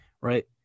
Right